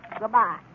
Goodbye